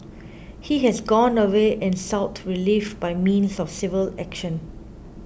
he has gone away and sought relief by means of civil action